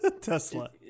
Tesla